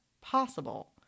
possible